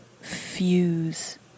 fuse